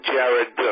Jared